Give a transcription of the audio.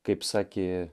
kaip sakė